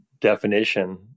definition